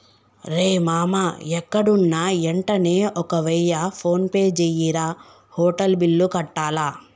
రేయ్ మామా ఎక్కడున్నా యెంటనే ఒక వెయ్య ఫోన్పే జెయ్యిరా, హోటల్ బిల్లు కట్టాల